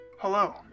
Hello